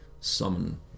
summon